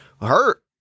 Hurt